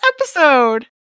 episode